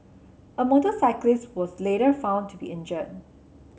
a motorcyclist was later also found to be injured